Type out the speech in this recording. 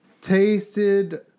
tasted